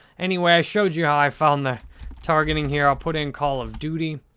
anyway, i showed you how i found the targeting here. i put in call of duty.